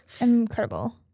Incredible